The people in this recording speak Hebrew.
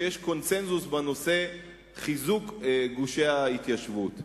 שיש קונסנזוס בנושא חיזוק גושי ההתיישבות.